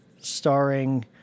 starring